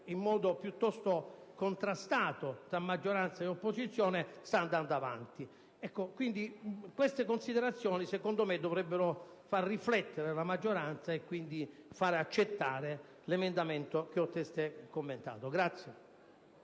in modo piuttosto contrastato tra maggioranza e opposizione, sta andando avanti. Dette considerazioni - secondo me - dovrebbero far riflettere la maggioranza e far quindi accettare l'emendamento che ho testé commentato.